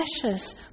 precious